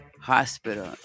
hospital